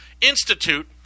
Institute